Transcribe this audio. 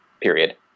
period